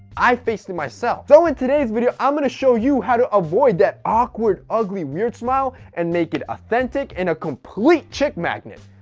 i faced it myself. so in today's video i'm gonna show you how to avoid that awkward, ugly, weird, smile and make it authentic and a complete chick magnet,